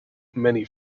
many